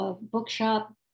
bookshop